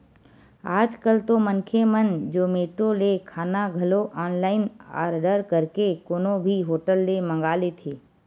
आज कल तो मनखे मन जोमेटो ले खाना घलो ऑनलाइन आरडर करके कोनो भी होटल ले मंगा लेथे